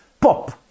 Pop